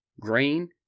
grain